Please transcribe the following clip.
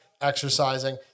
exercising